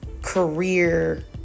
career